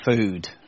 food